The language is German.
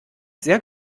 sehr